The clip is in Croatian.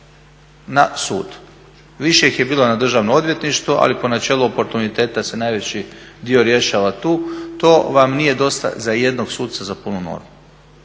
na sudu. Više ih je bilo na državno odvjetništvo ali po načelu oportuniteta jer se najveći dio rješava tu to vam nije dosta za jednog suca za punu normu.